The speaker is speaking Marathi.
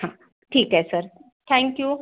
हं ठीकए सर थॅंक यू